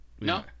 No